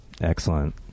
Excellent